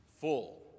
full